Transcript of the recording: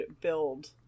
build